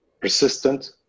persistent